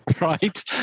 right